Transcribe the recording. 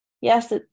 yes